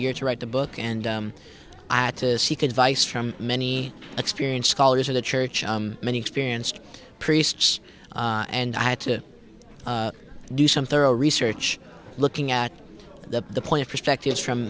year to write the book and i had to seek advice from many experienced scholars of the church many experienced priests and i had to do some thorough research looking at the point of perspectives from